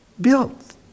built